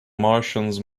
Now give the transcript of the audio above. martians